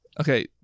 Okay